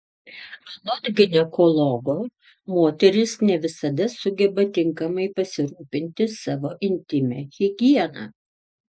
anot ginekologo moterys ne visada sugeba tinkamai pasirūpinti savo intymia higiena